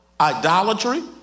idolatry